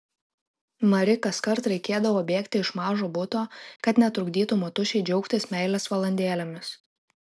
mari kaskart reikėdavo bėgti iš mažo buto kad netrukdytų motušei džiaugtis meilės valandėlėmis